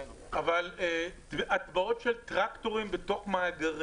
אבל מה שקרה בגליל בשנים האחרונות עם הטבעות של טרקטורים בתוך מאגרים,